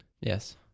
yes